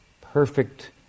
perfect